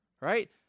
Right